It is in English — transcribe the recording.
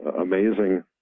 amazing